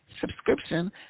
subscription